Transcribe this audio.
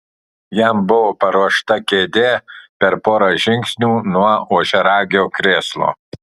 jam buvo paruošta kėdė per porą žingsnių nuo ožiaragio krėslo